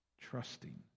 trusting